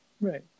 Right